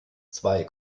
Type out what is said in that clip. zwei